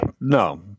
No